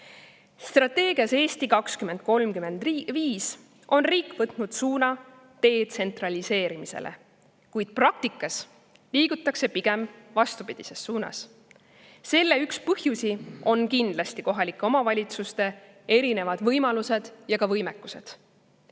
Strateegias "Eesti 2035" on riik võtnud suuna detsentraliseerimisele, kuid praktikas liigutakse pigem vastupidises suunas. Selle üks põhjusi on kindlasti kohalike omavalitsuste erinevad võimalused ja võimekused.